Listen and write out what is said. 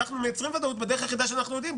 אנחנו מייצרים ודאות בדרך היחידה שאנחנו יודעים,